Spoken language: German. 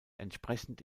entsprechend